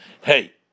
Hey